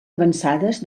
avançades